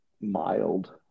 mild